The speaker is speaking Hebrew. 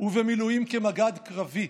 ובמילואים כמג"ד קרבי,